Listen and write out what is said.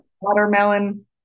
watermelon